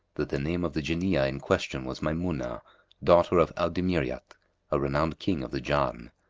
that the name of the jinniyah in question was maymunah, daughter of al-dimiryat a renowned king of the jann.